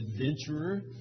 adventurer